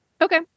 Okay